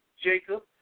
Jacob